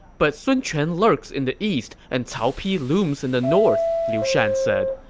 but sun quan lurks in the east and cao pi looms in the north, liu shan said.